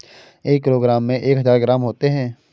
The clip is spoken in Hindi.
एक किलोग्राम में एक हजार ग्राम होते हैं